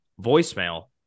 voicemail